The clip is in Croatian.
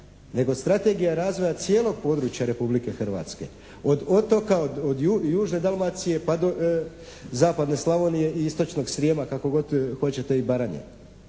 nego strategija razvoja cijelog područja Republike Hrvatske od otoka, od južne Dalmacije pa do zapadne Slavonije i istočnog Srijema kako god hoćete i Baranje.